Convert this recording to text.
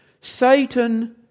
Satan